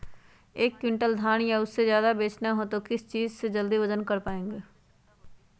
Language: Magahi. एक क्विंटल धान या उससे ज्यादा बेचना हो तो किस चीज से जल्दी वजन कर पायेंगे?